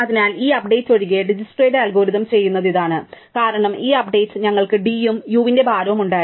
അതിനാൽ ഈ അപ്ഡേറ്റ് ഒഴികെ ദിജ്ക്സ്ട്രയുടെ അൽഗോരിതം ചെയ്യുന്നത് ഇതാണ് കാരണം ഈ അപ്ഡേറ്റ് ഞങ്ങൾക്ക് d ഉം u ന്റെ ഭാരവും ഉണ്ടായിരുന്നു